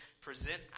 present